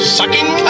sucking